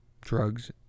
Drugs